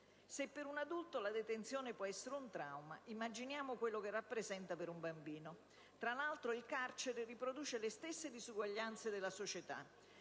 Se per un adulto la detenzione può essere un trauma, immaginiamo quello che rappresenta per un bambino. Tra l'altro, il carcere riproduce le stesse disuguaglianze della società.